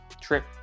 trip